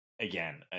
again